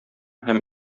һәм